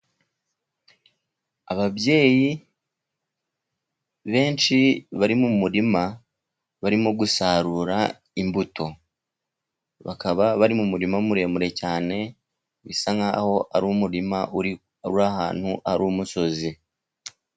Ababyeyi benshi bari mu murima. Barimo gusarura imbuto, bakaba bari mu murima muremure cyane, usa nk'aho ari umurima uri ahantu hari umusozi.